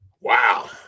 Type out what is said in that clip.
wow